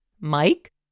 Mike